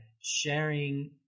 sharing